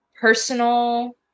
personal